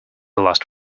last